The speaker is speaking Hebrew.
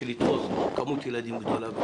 לדחוס כמות ילדים גדולה,